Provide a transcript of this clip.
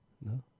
No